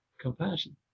Compassion